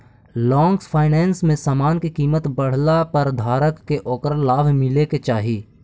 long finance में समान के कीमत बढ़ला पर धारक के ओकरा लाभ मिले के चाही